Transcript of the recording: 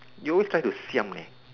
you always try to siam eh